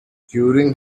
during